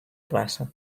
plaça